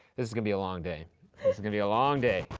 is gonna be a long day. it's gonna be a long day!